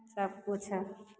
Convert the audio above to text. सभकिछु